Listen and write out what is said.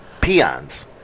peons